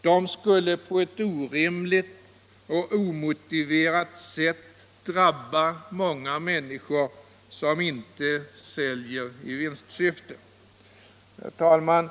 De skulle på ett orimligt och omotiverat sätt drabba många människor som inte säljer i vinstsyfte. Herr talman!